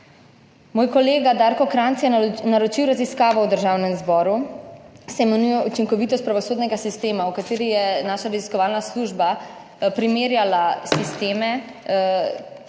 Moj kolega Darko Kranjc je naročil raziskavo v Državnem zboru, ki se imenuje Učinkovitost pravosodnega sistema, v kateri je naša raziskovalna služba primerjala sisteme